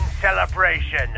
celebration